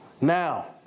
Now